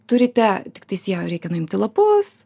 turite tiktais jei jau reikia nuimti lapus